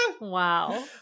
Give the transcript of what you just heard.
wow